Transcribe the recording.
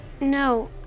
No